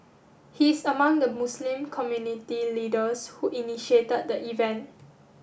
he is among the Muslim community leaders who initiated the event